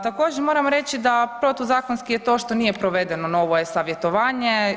Također moram reći da protuzakonski je to što nije provedeno novo e-savjetovanje.